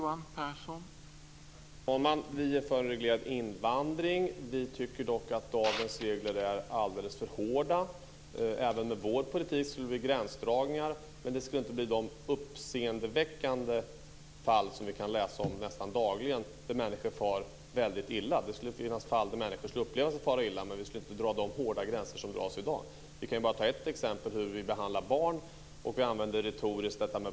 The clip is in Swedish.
Herr talman! Vi är för en reglerad invandring. Vi tycker dock att dagens regler är alldeles för hårda. Även med vår politik skulle det bli gränsdragningar, men det skulle inte bli de uppseendeväckande fall som vi kan läsa om nästan dagligen där människor far väldigt illa. Det skulle finnas fall där människor skulle uppleva sig fara illa, men vi skulle inte dra gränserna så snävt som i dag. Vi kan bara ta ett exempel: hur vi behandlar barn.